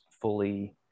fully